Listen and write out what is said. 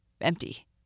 empty